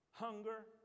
Hunger